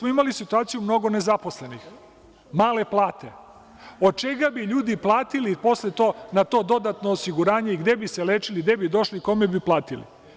Imali smo situaciju mnogo nezaposlenih, male plate i od čega bi ljudi platili posle na to dodatno osiguranje i gde bi se lečili i gde bi došli i kome bi platili?